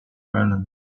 balloon